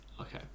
Okay